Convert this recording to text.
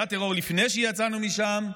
היה טרור לפני שיצאנו משם,